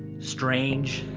strange,